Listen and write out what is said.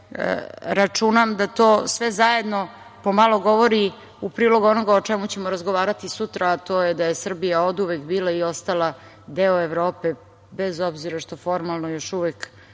računam da to sve zajedno pomalo govori u prilog onoga o čemu ćemo razgovarati sutra, a to je da je Srbija oduvek bila i ostala deo Evrope, bez obzira što formalno još uvek